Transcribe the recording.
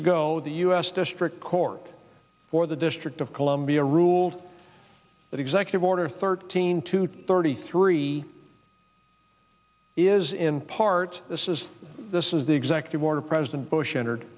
ago the u s district court for the district of columbia ruled that executive order thirteen to thirty three is in part this is this is the executive order president bush entered